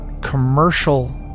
commercial